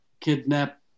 kidnap